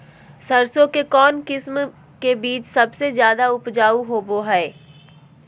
सरसों के कौन किस्म के बीच सबसे ज्यादा उपजाऊ होबो हय?